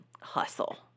hustle